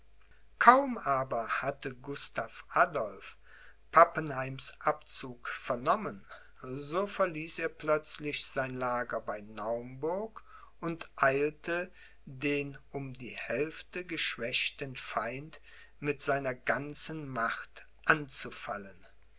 kaum aber hatte gustav adolph pappenheims abzug vernommen so verließ er plötzlich sein lager bei naumburg und eilte den um die hälfte geschwächten feind mit seiner ganzen macht anzufallen